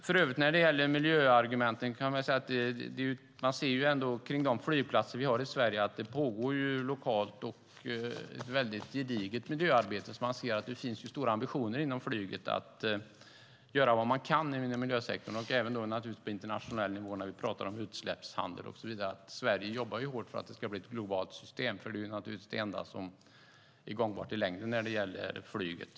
För övrigt när det gäller miljöargumenten kan vi se på de flygplatser vi har i Sverige att det lokalt pågår ett gediget miljöarbete, så vi ser att det inom flyget finns stora ambitioner att göra vad man kan inom miljösektorn. Det gäller naturligtvis även på internationell nivå när vi pratar om utsläppshandel och så vidare. Sverige jobbar hårt för att det ska bli ett globalt system, för det är det enda som är gångbart i längden när det gäller flyget.